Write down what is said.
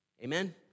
amen